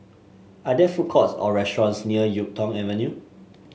are there food courts or restaurants near YuK Tong Avenue